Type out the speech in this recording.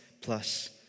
plus